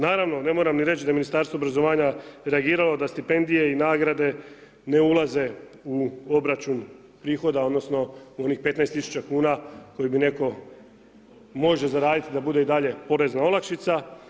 Naravno ne moram ni reć' da je Ministarstvo obrazovanja, reagiralo da stipendije i nagrade ne ulaze u obračun prihoda, odnosno u onih 15000 kuna koje bi netko, može zaraditi da bude i dalje porezna olakšica.